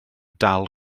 dal